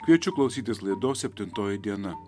kviečiu klausytis laidos septintoji diena